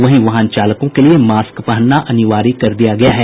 वहीं वाहन चालकों के लिए मास्क पहनना अनिवार्य कर दिया गया है